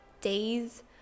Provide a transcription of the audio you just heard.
days